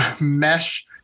mesh